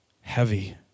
Heavy